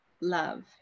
love